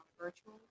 virtual